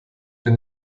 bin